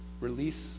release